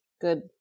good